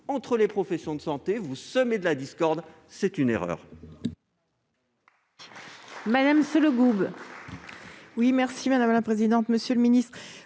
entre les professions de santé, vous semez la discorde : c'est une erreur.